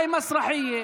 זאת הצגה.